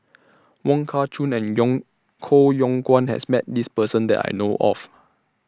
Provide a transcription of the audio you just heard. Wong Kah Chun and Yong Koh Yong Guan has Met This Person that I know of